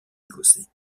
écossais